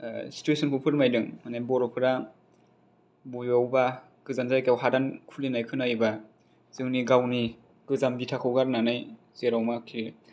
स्टुसनखौ फोरमायदों मानि बर'फोरा बबेयावबा गोजान जायगाआव हादान खुलिनाय खोनायोबा जोंनि गावनि गोजाम बिथाखौ गारनानै जेरावनाखि